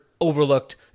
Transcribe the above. overlooked